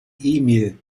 mail